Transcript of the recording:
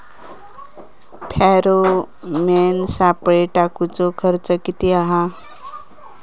Pheromone सापळे टाकूचो खर्च किती हा?